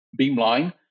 beamline